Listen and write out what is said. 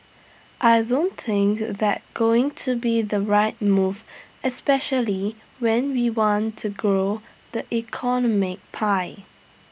I don't think that's going to be the right move especially when we want to grow the economic pie